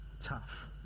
Tough